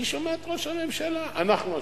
אני שומע את ראש הממשלה: אנחנו אשמים.